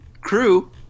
crew